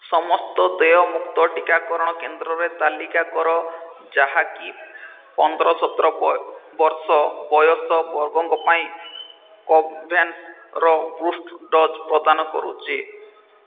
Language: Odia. ସମସ୍ତ ଦେୟମୁକ୍ତ ଟିକାକରଣ କେନ୍ଦ୍ରର ତାଲିକା କର ଯାହାକି ପନ୍ଦର ସତର ବର୍ଷ ବୟସ ବର୍ଗଙ୍କ ପାଇଁ କୋଭୋଭ୍ୟାକ୍ସର ବୁଷ୍ଟର୍ ଡୋଜ୍ ପ୍ରଦାନ କରୁଛି